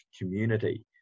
community